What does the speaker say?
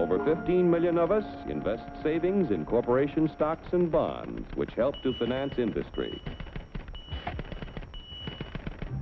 over fifteen million of us invest savings in corporation stocks and bonds which help to finance industry